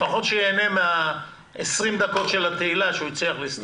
לפחות שייהנה מ-20 הדקות של התהילה שהוא הצליח להסתייג.